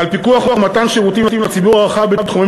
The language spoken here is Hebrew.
על פיקוח ומתן שירותים לציבור הרחב בתחומים